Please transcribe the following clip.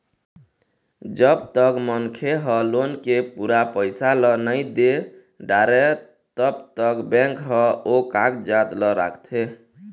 जब तक मनखे ह लोन के पूरा पइसा ल नइ दे डारय तब तक बेंक ह ओ कागजात ल राखथे